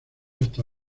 hasta